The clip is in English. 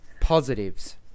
Positives